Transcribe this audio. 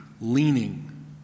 leaning